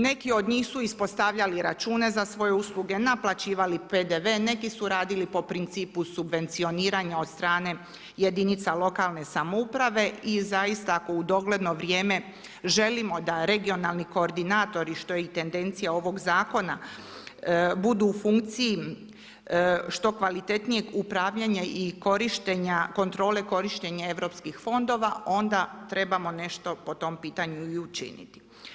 Neki od njih su ispostavljali račune za svoje usluge, naplaćivali PDV, neki su radili po principu subvencioniranja od strane jedinica lokalne samouprave i zaista ako u dogledno vrijeme želimo da regionalni koordinatori, što je i tendencija ovoga zakona, budu u funkciji, što kvalitetnijeg upravljanja i kontrole korištenja europskih fondova, onda trebamo i po tom pitanju nešto i učiniti.